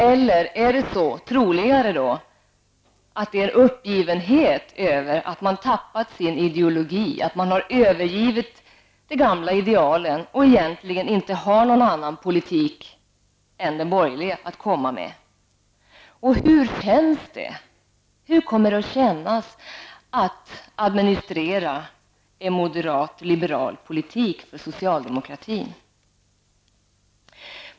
Eller är det, och det är troligare, en uppgivenhet över att man har tappat sin ideologi, övergivit de gamla idealen och egentligen inte har någon annan politik än den borgerliga att komma med? Hur det kommer det att kännas för socialdemokratin att administrera en moderat-liberal politik?